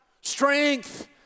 strength